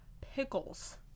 pickles